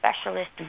specialist